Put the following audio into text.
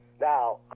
Now